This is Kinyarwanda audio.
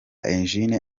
eugenie